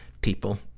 people